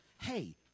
hey